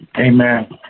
Amen